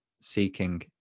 seeking